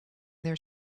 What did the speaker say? their